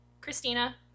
Christina